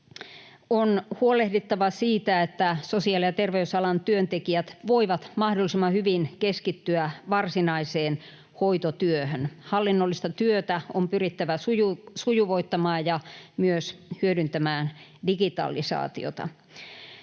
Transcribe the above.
On huolehdittava siitä, että sosiaali- ja terveysalan työntekijät voivat mahdollisimman hyvin keskittyä varsinaiseen hoitotyöhön. Hallinnollista työtä on pyrittävä sujuvoittamaan ja myös hyödyntämään digitalisaatiota.